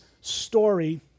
story